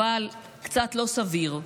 אבל קצת לא סביר,